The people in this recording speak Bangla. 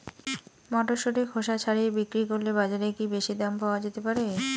মটরশুটির খোসা ছাড়িয়ে বিক্রি করলে বাজারে কী বেশী দাম পাওয়া যেতে পারে?